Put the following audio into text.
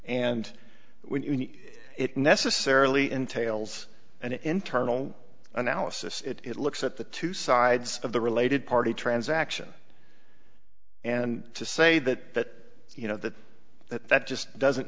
need it necessarily entails an internal analysis it looks at the two sides of the related party transaction and to say that you know that that that just doesn't